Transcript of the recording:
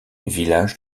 village